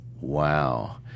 wow